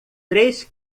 três